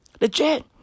Legit